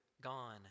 gone